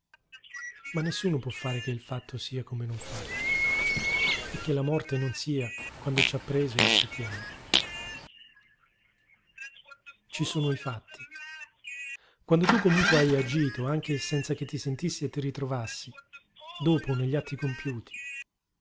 ma nessuno può fare che il fatto sia come non fatto e che la morte non sia quando ci ha preso e ci tiene ci sono i fatti quando tu comunque hai agito anche senza che ti sentissi e ti ritrovassi dopo negli atti compiuti